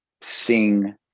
sing